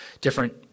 different